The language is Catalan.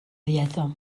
dieta